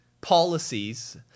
policies